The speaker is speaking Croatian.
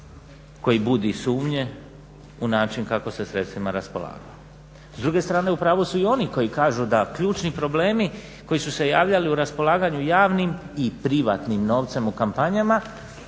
koji budi sumnje u način kako se sredstvima raspolagalo. S druge strane, u pravu su i oni koji kažu da ključni problemi koji su se javljali u raspolaganju javnim i privatnim novcem u kampanjama